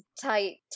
tight